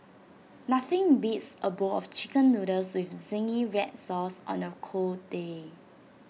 nothing beats A bowl of Chicken Noodles with Zingy Red Sauce on A cold day